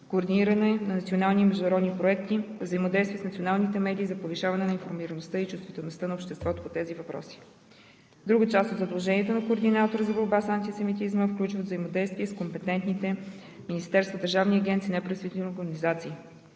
координиране на национални и международни проекти; взаимодействие с националните медии за повишаване на информираността и чувствителността на обществото по тези въпроси. Друга част от задълженията на координатора за борба с антисемитизма включва взаимодействие с компетентните министерства, държавни агенции, неправителствени организации.